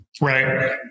right